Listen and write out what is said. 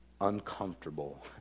uncomfortable